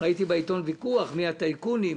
ראיתי בעיתון ויכוח מי הטייקונים,